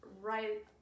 right